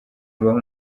ibahe